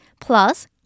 plus